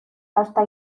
hasta